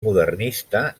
modernista